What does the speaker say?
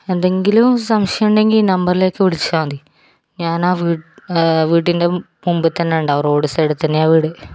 എന്തെങ്കിലും സംശയം ഉണ്ടെങ്കിൽ ഈ നമ്പറിലേക്ക് വിളിച്ചാൽ മതി ഞാനാ വീട്ടി വീടിന്റെ മുമ്പ്തന്നെ ഉണ്ടാകു റോഡ് സൈഡിൽ തന്നെയാണ് വീട്